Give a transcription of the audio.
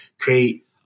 create